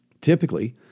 Typically